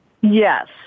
Yes